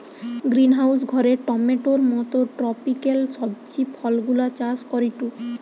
greenhouse ঘরে টমেটোর মত ট্রপিকাল সবজি ফলগুলা চাষ করিটু